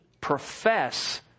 profess